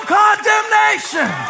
condemnation